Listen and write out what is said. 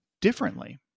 differently